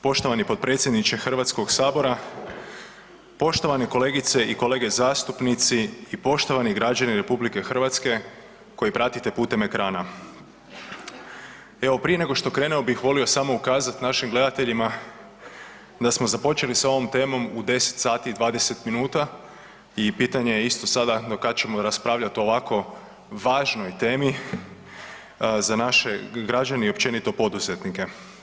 Poštovani potpredsjedniče Hrvatskog sabora, poštovane kolegice i kolege zastupnici i poštovani građani RH koji pratite putem ekrana, evo prije nego što krenemo bih volio samo ukazati našim gledateljima da smo započeli s ovom temom u 10 sati i 20 minuta i pitanje je isto sada do kada ćemo raspravljati o ovako važnoj temi za naše građane i općenito poduzetnike.